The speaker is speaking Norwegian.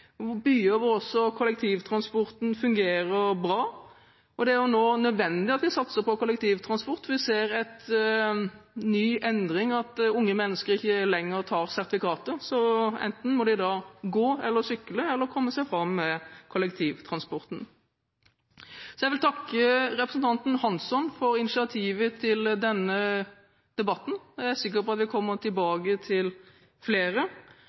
også kollektivtransporten fungerer bra. Det er jo nå nødvendig at vi satser på kollektivtransport. Vi ser en ny endring i at unge mennesker ikke lenger tar sertifikatet, så da må de enten gå, sykle eller komme seg fram med kollektivtransporten. Jeg vil takke representanten Hansson for initiativet til denne debatten. Jeg er sikker på at vi kommer tilbake til flere,